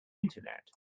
internet